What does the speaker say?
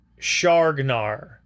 Shargnar